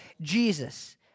Jesus